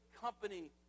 company